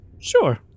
sure